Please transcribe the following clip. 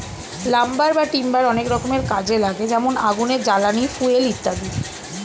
lumber বা timber অনেক রকমের কাজে লাগে যেমন আগুনের জ্বালানি, ফুয়েল ইত্যাদি